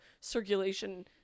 circulation